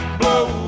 blow